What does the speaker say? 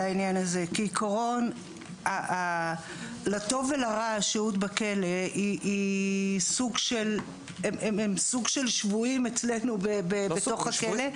כעיקרון לטוב ולרע השהות בכלא הם סוג של שבויים אצלנו בתוך הכלא,